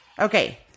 Okay